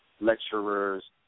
lecturers